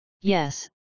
yes